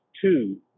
two